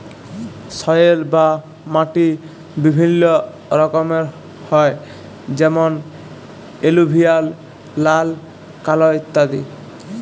soil বা মাটি বিভিল্য রকমের হ্যয় যেমন এলুভিয়াল, লাল, কাল ইত্যাদি